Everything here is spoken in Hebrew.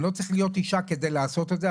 אני לא צריך להיות אישה כדי לעשות את זה,